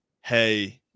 hey